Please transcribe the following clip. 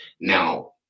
Now